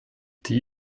die